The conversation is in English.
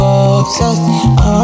obsessed